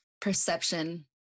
perception